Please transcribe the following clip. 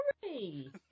sorry